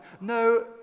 no